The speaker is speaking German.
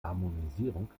harmonisierung